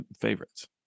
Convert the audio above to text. favorites